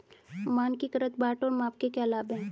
मानकीकृत बाट और माप के क्या लाभ हैं?